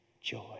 Joy